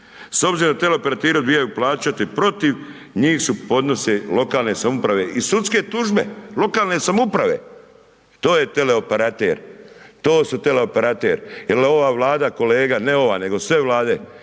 S obzirom da teleoperateri odbijaju plaćati, protiv njih su podnose lokalne samouprave i sudske tužbe, lokalne samouprave, to je teleoperater, to su teleoperater, jel ova Vlada kolega, ne ova, nego sve Vlade